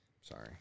Sorry